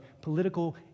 political